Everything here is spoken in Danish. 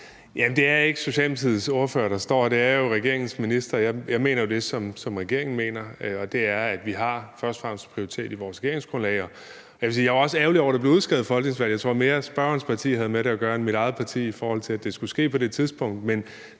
Bek): Det er ikke Socialdemokratiets ordfører, der står her; det er regeringens minister. Jeg mener jo det, som regeringen mener, og det er, at vi først og fremmest prioriterer vores regeringsgrundlag. Jeg må sige, at jeg også var ærgerlig over, at der blev udskrevet et folketingsvalg, men jeg tror, at spørgerens parti havde mere med det at gøre, end mit eget parti havde, i forhold til at det skulle ske på det tidspunkt.